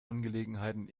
angelegenheiten